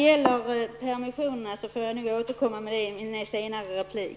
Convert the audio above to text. Jag återkommer till frågan om permissioner i en senare replik.